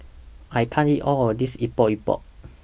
I can't eat All of This Epok Epok